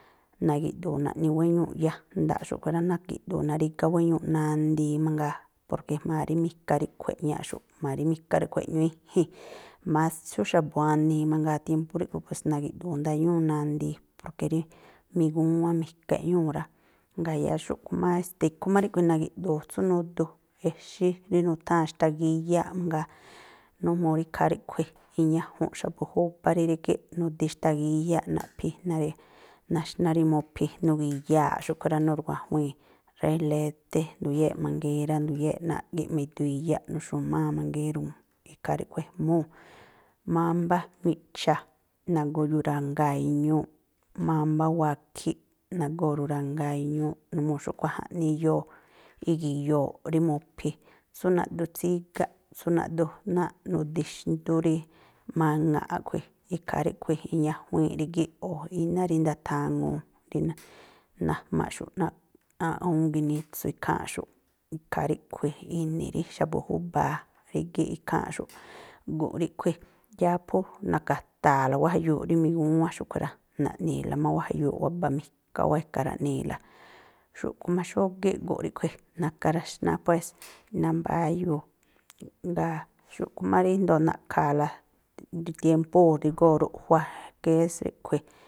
Nagi̱ꞌdu̱u̱ naꞌni wéñuuꞌ yajnda̱ꞌ xúꞌkhui̱ rá, nagi̱du̱u̱ narígá wéñuuꞌ nandii mangaa, porke jma̱a rí mika ríꞌkhui̱ eꞌñaꞌxu̱ꞌ. Jma̱a rí mika ríꞌkhui̱ eꞌñúú i̱ji̱n, más tsú xa̱bu̱ wanii mangaa tiémpú ríꞌkhui̱, pues nagi̱ꞌdu̱u̱ ndañúu̱ nandii porke rí migúwán, mika eꞌñúu̱ rá. Jngáa̱ yáá xúꞌkhui̱ má e̱ste̱ ikhú má ríꞌkhui̱ nagi̱ꞌdu̱u̱ tsú nudu exí rí nutháa̱n xtagíyáꞌ mangaa, numuu rí ikhaa ríꞌkhui̱ iñajunꞌ xa̱bu̱ júbá rí rígíꞌ, nudi xtagíyáꞌ naꞌphi̱, náa̱ꞌ rí naxná rí mu̱phi̱, nugi̱yaa̱ꞌ xúꞌkhui̱ rá, nurwa̱juii̱n relété, nduyéꞌ manguérá nduyéꞌ náa̱ꞌ gíꞌma iduu iyaꞌ, nuxi̱máa̱ manguéruu̱n, ikhaa ríꞌkhui̱ ejmúu̱. Mámbá miꞌcha̱ nagóo̱ rurangaa̱ iñúu̱ꞌ, mámbá wakhíꞌ nagóo̱ rurangaa̱ iñúu̱ꞌ, numuu xúꞌkhui̱ jaꞌnii iyoo i̱gi̱yo̱o̱ꞌ rí mu̱phi̱, tsú naꞌdu tsígaꞌ, tsú naꞌdu náa̱ꞌ nudi xndú rí maŋa̱ꞌ a̱ꞌkhui̱. Ikhaa ríꞌkhui̱ iñajuíi̱nꞌ rí gii̱ꞌ. O̱ iná rí ndathaŋuu. Rí najmaꞌxu̱ꞌ náa̱ awúún ginitsu ikháa̱nꞌxu̱ꞌ. Ikhaa ríꞌkhui̱ ini̱ rí xa̱bu̱ júba̱a rígíꞌ ikháa̱nꞌxu̱ꞌ. Gu̱nꞌ ríꞌkhui̱, yáá phú na̱ka̱taa̱la wáa̱ jayuuꞌ rí migúwán xúꞌkhui̱ rá, naꞌni̱i̱la máa̱ jayuuꞌ wabaꞌ mika wáa̱ e̱ka̱ raꞌni̱i̱la. Xúꞌkui̱ má xógíꞌ gu̱nꞌ ríꞌkhui̱, na̱ka̱ rax pues nambáyuu. Jngáa̱ xúꞌkhui̱ má ríndo̱o na̱ꞌkha̱a̱la rí tiémpúu̱ drígóo̱ ruꞌjua, ke es ríꞌkhui̱.